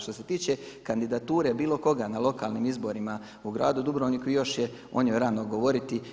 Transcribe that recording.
Što se tiče kandidature bilo koga na lokalnim izborima u Gradu Dubrovniku još je o njoj rano govoriti.